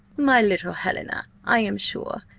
my little helena, i am sure,